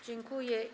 Dziękuję.